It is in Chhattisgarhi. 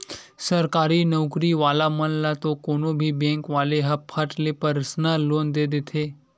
सरकारी नउकरी वाला मन ल तो कोनो भी बेंक वाले ह फट ले परसनल लोन दे देथे